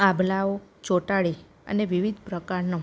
આભલાંઓ ચોંટાડી અને વિવિધ પ્રકારનો